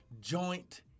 joint